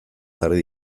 jarri